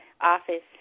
office